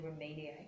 remediate